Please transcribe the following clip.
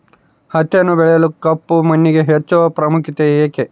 ಹತ್ತಿಯನ್ನು ಬೆಳೆಯಲು ಕಪ್ಪು ಮಣ್ಣಿಗೆ ಹೆಚ್ಚು ಪ್ರಾಮುಖ್ಯತೆ ಏಕೆ?